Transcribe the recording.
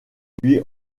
lui